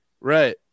Right